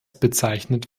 bezeichnet